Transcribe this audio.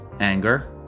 Anger